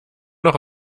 noch